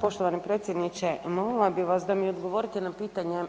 Poštovani predsjedniče molila bih vas da mi odgovorite na pitanje,